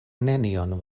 nenion